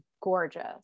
gorgeous